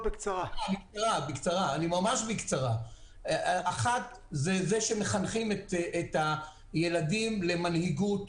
הזו: אחת, זה שמחנכים את הילדים למנהיגות,